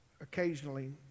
occasionally